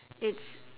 it's